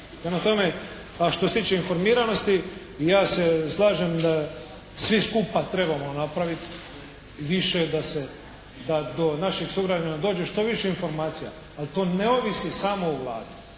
a što se tiče informiranosti ja se slažem svi skupa trebamo napraviti više da do naših sugrađana dođe što više informacija, ali to ne ovisi samo o Vladi.